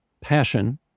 passion